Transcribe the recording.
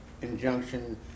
injunction